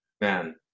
Man